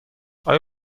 آیا